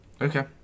Okay